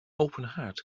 openhaard